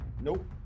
Nope